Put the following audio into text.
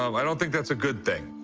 i don't think that's a good thing.